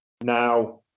Now